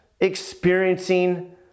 experiencing